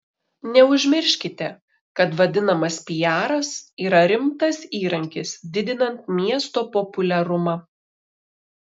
neužmirškite kad vadinamas piaras yra rimtas įrankis didinant miesto populiarumą